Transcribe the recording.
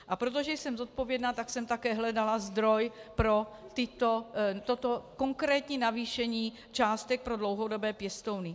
A protože jsem zodpovědná, tak jsem také hledala zdroj pro toto konkrétní navýšení částek pro dlouhodobé pěstouny.